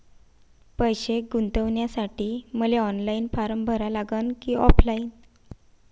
पैसे गुंतन्यासाठी मले ऑनलाईन फारम भरा लागन की ऑफलाईन?